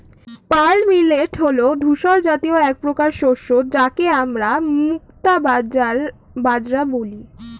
pearl millet হল ধূসর জাতীয় একপ্রকার শস্য যাকে আমরা মুক্তা বাজরা বলি